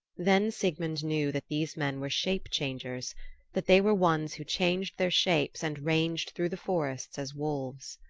then sigmund knew that these men were shape-changers that they were ones who changed their shapes and ranged through the forests as wolves.